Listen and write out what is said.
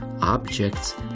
objects